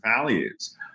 values